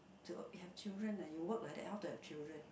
to have children ah you work like that how to have children